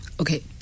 Okay